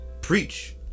preach